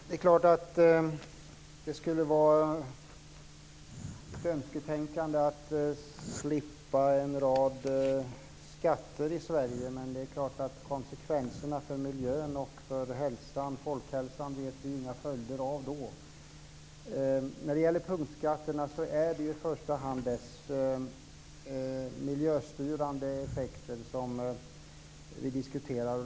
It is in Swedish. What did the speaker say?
Herr talman! Det är ett önsketänkande att slippa en rad skatter i Sverige, men vi vet inte vilka konsekvenserna skulle bli för miljön och folkhälsan. När det gäller punktskatterna är det i första hand deras miljöstyrande effekter som vi diskuterar.